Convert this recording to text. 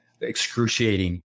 excruciating